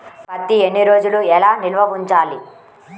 పత్తి ఎన్ని రోజులు ఎలా నిల్వ ఉంచాలి?